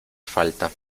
falta